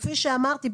כפי שאמרתי,